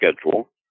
schedule